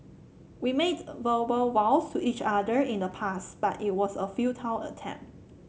we made verbal vows to each other in the past but it was a futile attempt